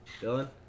dylan